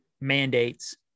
mandates